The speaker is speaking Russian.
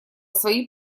свои